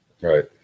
Right